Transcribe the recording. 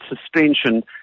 suspension